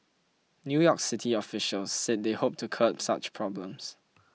New York City officials said they hoped to curb such problems